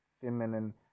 feminine